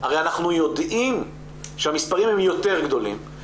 הרי אנחנו יודעים שהמספרים יותר גדולים,